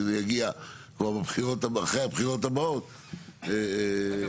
שזה יגיע אחרי הבחירות הבאות --- אגב,